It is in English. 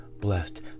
blessed